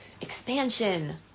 Expansion